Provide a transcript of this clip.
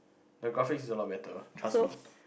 the graphics is a lot better trust me